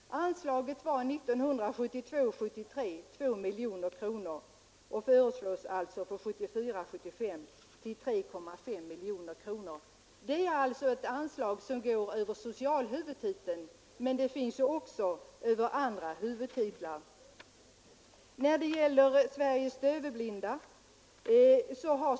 Anslaget var 1972 75 bli 3,5 miljoner kronor. Det är ett anslag som går över socialhuvudtiteln, men det finns ju också anslag över andra huvudtitlar.